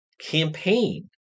campaign